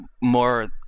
more